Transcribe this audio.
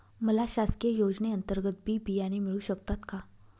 मला शासकीय योजने अंतर्गत बी बियाणे मिळू शकतात का?